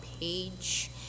page